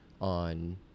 on